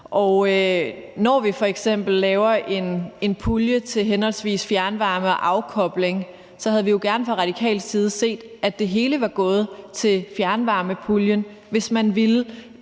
Når vi f.eks. laver en pulje til henholdsvis fjernvarme og afkobling, havde vi jo gerne fra radikal side set, at det hele var gået til fjernvarmepuljen, hvis man ville